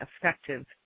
effective